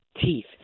teeth